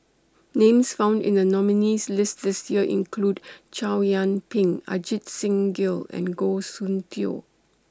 Names found in The nominees' list This Year include Chow Yian Ping Ajit Singh Gill and Goh Soon Tioe